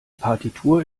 partitur